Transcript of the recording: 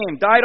died